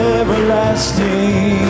everlasting